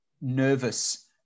nervous